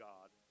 God